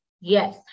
Yes